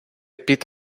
під